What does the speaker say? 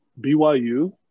BYU